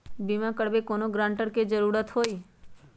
बिमा करबी कैउनो गारंटर की जरूरत होई?